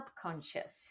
subconscious